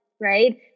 right